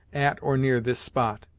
at or near this spot,